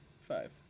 five